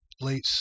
late